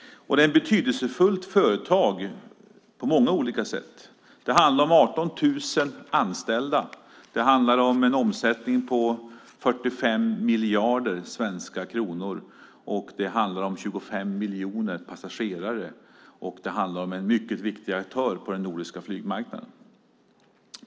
Det är ett betydelsefullt företag på många olika sätt. Det handlar om 18 000 anställda. Det handlar om en omsättning på 45 miljarder svenska kronor. Det handlar om 25 miljoner passagerare, och det handlar om en mycket viktig aktör på den nordiska flygmarknaden.